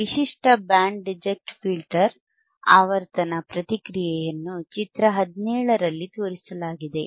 ವಿಶಿಷ್ಟ band reject filter ಆವರ್ತನ ಪ್ರತಿಕ್ರಿಯೆಯನ್ನು ಚಿತ್ರ 17 ರಲ್ಲಿ ತೋರಿಸಲಾಗಿದೆ